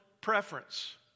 preference